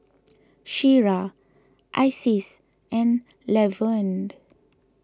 Shira Isis and Lavonne